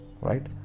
right